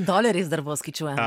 doleriais dar buvo skaičiuojami